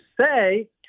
say